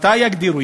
מתי יגדירו?